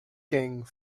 gang